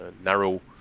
narrow